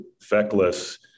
feckless